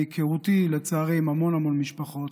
מהיכרותי, לצערי, עם המון המון משפחות,